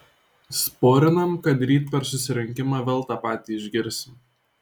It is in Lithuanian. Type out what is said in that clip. sporinam kad ryt per susirinkimą vėl tą patį išgirsim